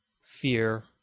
fear